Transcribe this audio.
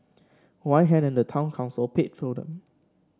why hadn't the town council paid for them